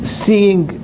seeing